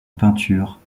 peinture